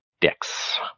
dex